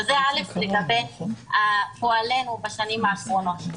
זה לגבי פועלינו בשנים האחרונות.